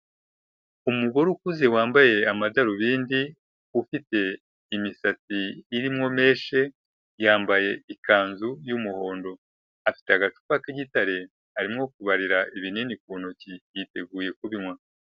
Umugore ukuze wambaye amadarubindi, ufite imisatsi irimo menshi. Yambaye ikanzu y'umuhondo. Afite agacupa k'igitare arimo kubarira ibinini ku ntoki yiteguye kubinywa.